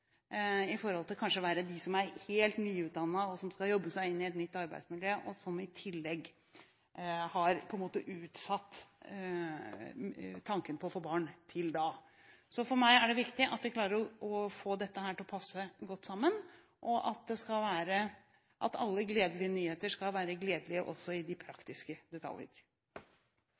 i forhold til dem som er helt nyutdannet og skal jobbe seg inn i et nytt arbeidsmiljø, og som i tillegg har utsatt tanken på å få barn til da. Så for meg er det viktig at vi klarer å få dette til passe godt sammen, og at alle gledelige nyheter skal være gledelige også i de praktiske detaljer.